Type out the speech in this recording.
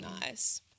nice